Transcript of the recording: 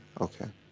okay